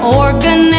organ